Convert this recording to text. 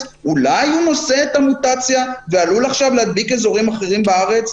אולי נושא את המוטציה ועלול להדביק אזורים אחרים בארץ.